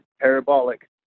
parabolic